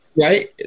Right